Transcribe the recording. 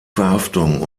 verhaftung